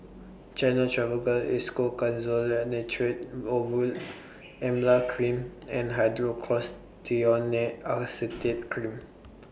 Gyno Travogen Isoconazole Nitrate Ovule Emla Cream and Hydrocortisone Acetate Cream